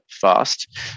fast